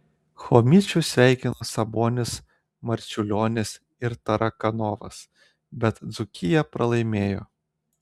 chomičių sveikino sabonis marčiulionis ir tarakanovas bet dzūkija pralaimėjo